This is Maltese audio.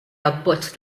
abbozz